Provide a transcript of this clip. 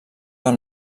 del